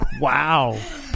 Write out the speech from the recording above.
Wow